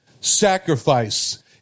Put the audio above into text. sacrifice